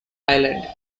island